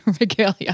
regalia